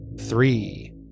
three